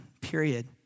period